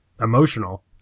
emotional